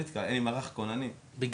לפוליטיקה, אבל אין לי מערך כוננים עד עכשיו.